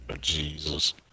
Jesus